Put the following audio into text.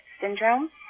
syndrome